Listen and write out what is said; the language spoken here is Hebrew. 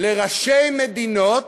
לראשי מדינות